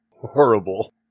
horrible